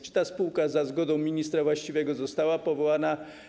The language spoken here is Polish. Czy ta spółka za zgodą ministra właściwego została powołana?